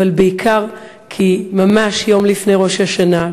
אבל בעיקר כי ממש יום לפני ראש השנה,